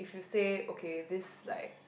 to say okay this like